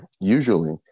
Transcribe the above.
usually